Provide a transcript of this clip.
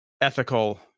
ethical